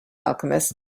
alchemist